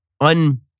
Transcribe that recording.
un-